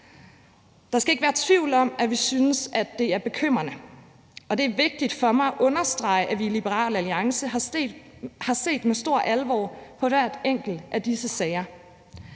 Der skal ikke være tvivl om, at vi synes, at det er bekymrende, og det er vigtigt for mig at understrege, at vi i Liberal Alliance har set med stor alvor på hver enkelt af disse sager.